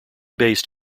based